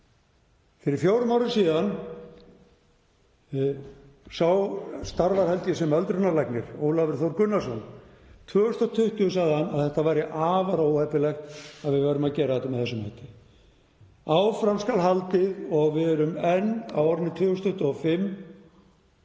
fyrir fjórum árum síðan — sá starfaði, held ég, sem öldrunarlæknir, Ólafur Þór Gunnarsson — að það væri afar óheppilegt að við værum að gera þetta með þessum hætti. Áfram skal haldið og við erum enn á árinu 2025